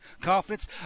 confidence